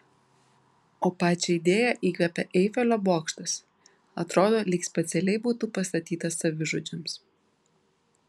o pačią idėją įkvėpė eifelio bokštas atrodo lyg specialiai būtų pastatytas savižudžiams